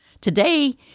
Today